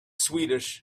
swedish